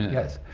yes,